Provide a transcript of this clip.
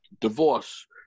divorce